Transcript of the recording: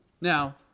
Now